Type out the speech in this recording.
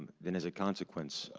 then as a consequence,